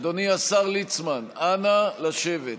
אדוני, השר ליצמן, נא לשבת.